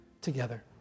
together